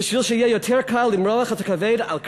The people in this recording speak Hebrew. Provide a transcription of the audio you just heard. בשביל שיהיה יותר קל למרוח את הכבד על קרקר?